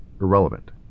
irrelevant